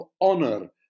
honor